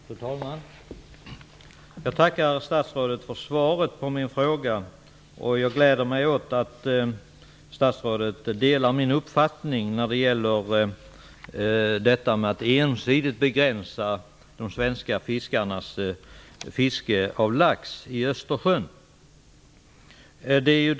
Fru talman! Jag tackar statsrådet för svaret på min fråga, och jag gläder mig åt att statsrådet delar min uppfattning när det gäller detta med att ensidigt begränsa de svenska fiskarnas fiske av lax i Östersjön.